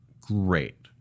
Great